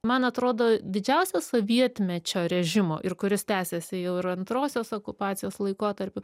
man atrodo didžiausia sovietmečio režimo ir kuris tęsiasi jau ir antrosios okupacijos laikotarpiu